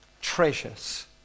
treasures